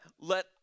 let